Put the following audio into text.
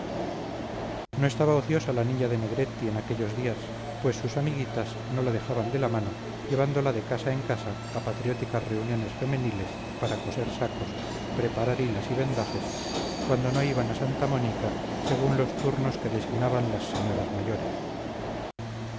no estaba ociosa la niña de negretti en aquellos días pues sus amiguitas no la dejaban de la mano llevándola de casa en casa a patrióticas reuniones femeniles para coser sacos preparar hilas y vendajes cuando no iban a santa mónica según los turnos que designaban las señoras mayores